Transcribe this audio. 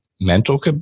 mental